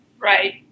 Right